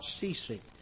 ceasing